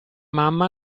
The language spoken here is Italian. mamma